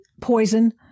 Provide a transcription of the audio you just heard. poison